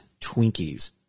Twinkies